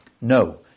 No